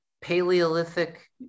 Paleolithic